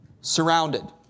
Surrounded